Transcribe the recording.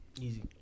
Easy